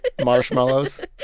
Marshmallows